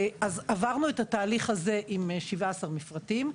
עברנו את התהליך הזה עם 17 מפרטים.